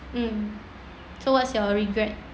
mm so what's your regret